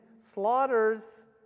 slaughters